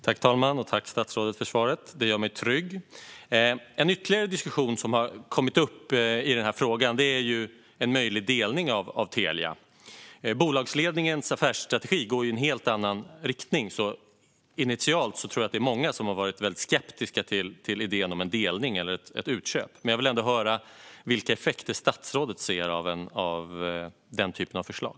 Fru talman! Tack, statsrådet, för svaret! Det gör mig trygg. Ytterligare en diskussion som har kommit upp i frågan är en möjlig delning av Telia. Bolagsledningens affärsstrategi går ju i en helt annan riktning, så jag tror att det initialt är många som har varit väldigt skeptiska till idén om en delning eller ett utköp. Jag vill ändå höra vilka effekter statsrådet ser av den typen av förslag.